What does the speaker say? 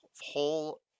whole